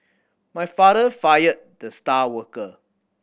my father fired the star worker